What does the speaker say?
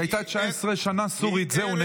היא הייתה 19 שנה סורית, זהו.